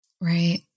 Right